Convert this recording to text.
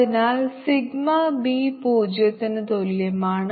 അതിനാൽ sigma B 0 ന് തുല്യമാണ്